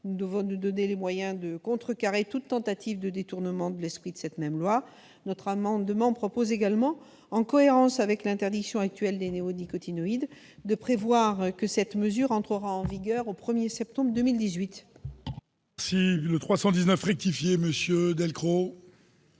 nous devons nous donner les moyens de contrecarrer toute tentative de détournement de l'esprit de la loi. Nous proposons également, en cohérence avec l'interdiction actuelle des néonicotinoïdes, de prévoir que cette mesure entre en vigueur le 1 septembre 2018.